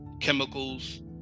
chemicals